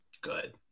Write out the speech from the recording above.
good